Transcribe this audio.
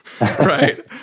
Right